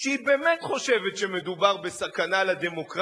שבאמת הגברת לבני חושבת שמדובר בסכנה לדמוקרטיה,